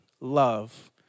love